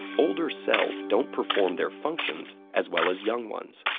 older cells don't perform their functions as well as young ones.